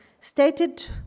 stated